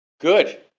Good